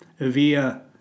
via